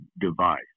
device